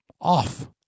off